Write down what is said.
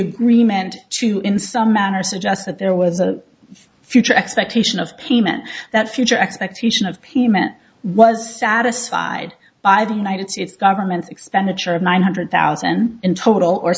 agreement to in some manner suggest that there was a future expectation of payment that future expectation of payment was satisfied by the united states government's expenditure of nine hundred thousand in total or